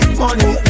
money